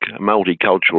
multicultural